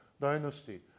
Dynasty